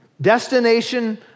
Destination